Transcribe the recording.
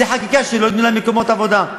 זו חקיקה שלא ייתנו להם מקומות עבודה.